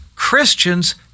Christians